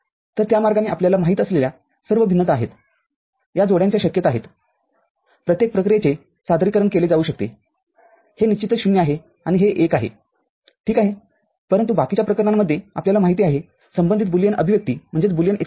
तर त्या मार्गाने आपल्याला माहित असलेल्या सर्व भिन्नता आहेत या जोड्यांच्या शक्यता आहेत प्रत्येक प्रक्रियेचे सादरीकरण केले जाऊ शकतेहे निश्चितच ० आहे आणि हे १ आहे ठीक आहेपरंतु बाकीच्या प्रकरणांमध्ये आपल्याला माहिती आहे संबंधित बुलियन अभिव्यक्ती आहेत बरोबर